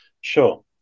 Sure